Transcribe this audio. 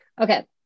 Okay